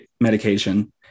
medication